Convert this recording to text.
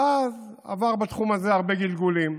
מאז עבר בתחום הזה הרבה גלגולים,